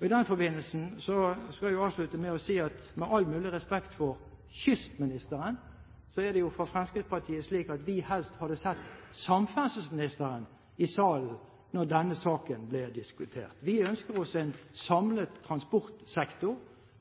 I den forbindelse skal jeg avslutte med å si – med all mulig respekt for kystministeren – at det fra Fremskrittspartiet er slik at vi helst hadde sett samferdselsministeren i salen når denne saken blir diskutert. Vi ønsker oss en samlet transportsektor,